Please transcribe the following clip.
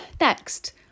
next